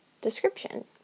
description